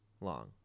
long